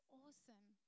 awesome